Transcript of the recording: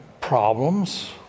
problems